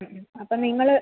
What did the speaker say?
അപ്പ നിങ്ങൾ